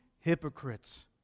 hypocrites